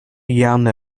young